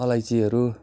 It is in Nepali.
अलैँचीहरू